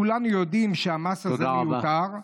כולנו יודעים שהמס הזה מיותר,